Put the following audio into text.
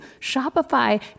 Shopify